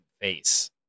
face